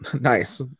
Nice